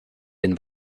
den